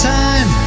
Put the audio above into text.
time